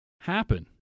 happen